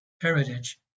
heritage